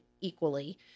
equally